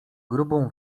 grubą